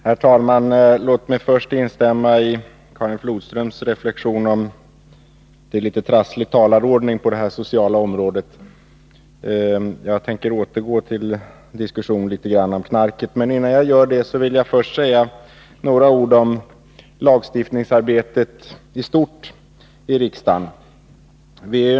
Herr talman! Låt mig först instämma i Karin Flodströms reflektion om den trassliga talarordningen på det sociala området. Jag tänker återgå till diskussionen om knarket. Men innan jag gör det vill jag först säga några ord om lagstiftningsarbetet i stort i riksdagen.